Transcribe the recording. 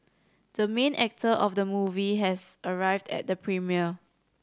the main actor of the movie has arrived at the premiere